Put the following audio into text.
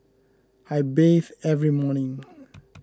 I bathe every morning